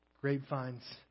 grapevines